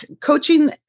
coaching